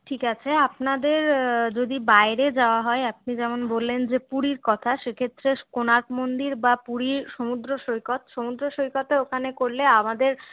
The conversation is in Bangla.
ঠিক আছে আপনাদের যদি বাইরে যাওয়া হয় আপনি যেমন বললেন যে পুরীর কথা সে ক্ষেত্রে কোণার্ক মন্দির বা পুরীর সমুদ্র সৈকত সমুদ্র সৈকতের ওখানে করলে আমাদের